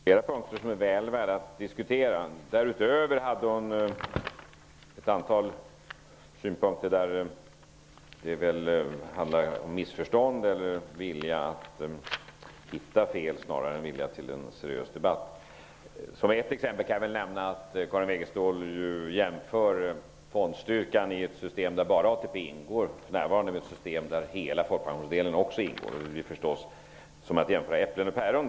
Herr talman! Karin Wegestål tog i sitt anförande upp flera saker som är väl värda att diskutera. Därutöver hade hon ett antal synpunkter där det väl handlar om missförstånd eller vilja att hitta fel snarare än vilja till en seriös debatt. Som ett exempel kan jag nämna att Karin Wegestål jämför fondstyrkan i ett system där bara ATP ingår med ett system där hela folkpensionsdelen också ingår. Det blir förstås som att jämföra äpplen och päron.